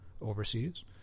overseas